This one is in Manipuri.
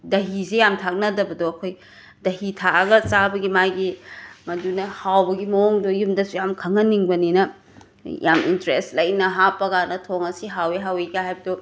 ꯗꯍꯤꯁꯦ ꯌꯥꯝꯅ ꯊꯥꯛꯅꯗꯕꯗꯣ ꯑꯩꯈꯣꯏ ꯗꯍꯤ ꯊꯥꯛꯑꯒ ꯆꯥꯕꯒꯤ ꯃꯥꯒꯤ ꯃꯗꯨꯅ ꯍꯥꯎꯕꯒꯤ ꯃꯑꯣꯡꯗꯣ ꯌꯨꯝꯗꯁꯨ ꯌꯥꯝꯅ ꯈꯪꯍꯟꯅꯤꯡꯕꯅꯤꯅ ꯌꯥꯝꯅ ꯏꯟꯇ꯭ꯔꯦꯁ ꯂꯩꯅ ꯍꯥꯞꯄꯀꯥꯟꯗ ꯊꯣꯡꯉꯒ ꯁꯤ ꯍꯥꯎꯋꯤ ꯍꯥꯎꯋꯤꯒ ꯍꯥꯏꯕꯗꯣ